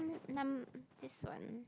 num~ this one